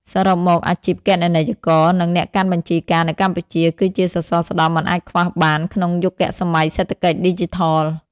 សរុបមក អាជីពគណនេយ្យករ និងអ្នកកាន់បញ្ជីការនៅកម្ពុជា គឺជាសសរស្តម្ភមិនអាចខ្វះបានក្នុងយុគសម័យសេដ្ឋកិច្ចឌីជីថល។